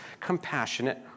Compassionate